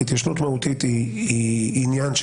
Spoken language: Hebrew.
כי התיישנות מהותית היא גם עניין,